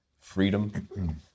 freedom